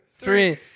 three